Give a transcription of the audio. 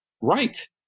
Right